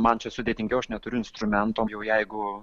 man čia sudėtingiau aš neturiu instrumento jau jeigu